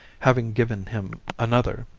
having given him another,